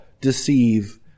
deceive